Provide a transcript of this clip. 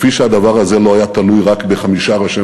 כפי שהדבר הזה לא היה תלוי רק בחמישה ראשי